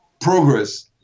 progress